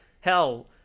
hell